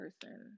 person